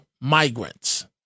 migrants